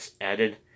added